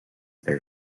their